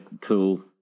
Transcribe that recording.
cool